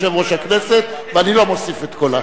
אדוני היושב-ראש, תוכל להוסיף את קולי?